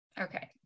Okay